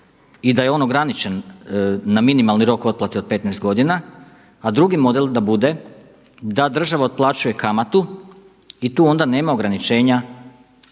i da je on ograničen na minimalni rok otplate od 15 godina, a drugi model da bude da država otplaćuje kamatu i tu onda nema ograničenja